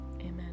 Amen